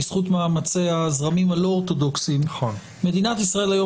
בזכות מאמצי הזרמים הלא אורתודוקסיים מדינת ישראל היום